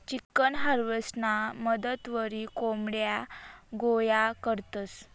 chicken हार्वेस्टरना मदतवरी कोंबड्या गोया करतंस